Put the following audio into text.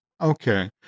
Okay